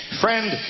friend